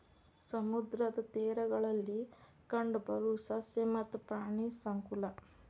ಸಮುದ್ರದ ತೇರಗಳಲ್ಲಿ ಕಂಡಬರು ಸಸ್ಯ ಮತ್ತ ಪ್ರಾಣಿ ಸಂಕುಲಾ